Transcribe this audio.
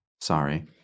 Sorry